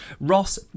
Ross